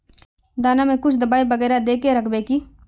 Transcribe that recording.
दाना में कुछ दबाई बेगरा दय के राखबे की?